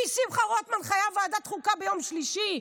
שמחה רוטמן חייב ועדת חוקה ביום שלישי.